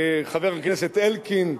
חבר הכנסת אלקין,